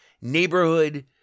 neighborhood